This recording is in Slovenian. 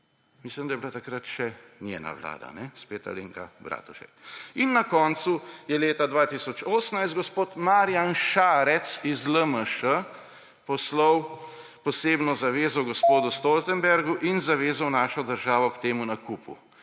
Mislim, da je bila takrat še njena vlada, kajne, spet Alenka Bratušek. In na koncu je leta 2018, gospod Marjan Šarec iz LMŠ, poslal posebno zavezo gospodu Stoltenbergu in zavezal našo državo k temu nakupu.